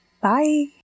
Bye